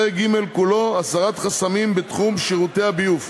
פרק ג' כולו, הסרת חסמים בתחום שירותי הביוב.